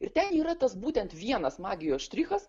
ir ten yra tas būtent vienas magijos štrichas